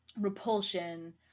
repulsion